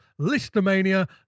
listomania